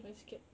I scared